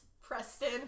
Preston